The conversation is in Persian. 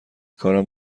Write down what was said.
کارم